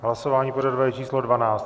Hlasování pořadové číslo 12.